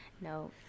No